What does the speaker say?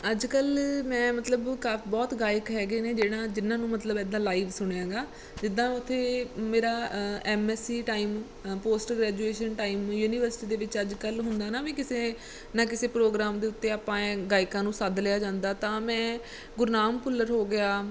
ਅੱਜ ਕੱਲ੍ਹ ਮੈਂ ਮਤਲਬ ਕਾ ਬਹੁਤ ਗਾਇਕ ਹੈਗੇ ਨੇ ਜਿਹੜਾ ਜਿਹਨਾਂ ਨੂੰ ਮਤਲਬ ਇੱਦਾਂ ਲਾਈਵ ਸੁਣਿਆ ਹੈਗਾ ਜਿੱਦਾਂ ਉੱਥੇ ਮੇਰਾ M S C time post graduation time ਨੂੰ ਯੂਨੀਵਰਸਿਟੀ ਦੇ ਵਿੱਚ ਅੱਜ ਕੱਲ੍ਹ ਹੁੰਦਾ ਨਾ ਵੀ ਕਿਸੇ ਨਾ ਕਿਸੇ ਪ੍ਰੋਗਰਾਮ ਦੇ ਉੱਤੇ ਆਪਾਂ ਐਂ ਗਾਇਕਾਂ ਨੂੰ ਸੱਦ ਲਿਆ ਜਾਂਦਾ ਤਾਂ ਮੈਂ ਗੁਰਨਾਮ ਭੁੱਲਰ ਹੋ ਗਿਆ